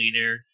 leader